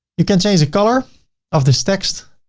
you can change the color of this text.